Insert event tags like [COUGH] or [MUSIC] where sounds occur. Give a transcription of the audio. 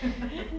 [NOISE]